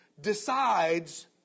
decides